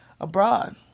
abroad